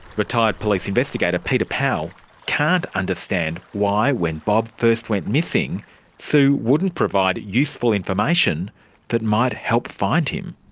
retired police investigator peter powell can't understand why when bob first went missing sue wouldn't provide useful information that might help find him.